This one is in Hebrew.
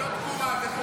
זאת לא תקומה, זה חורבן.